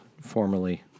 formerly